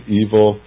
evil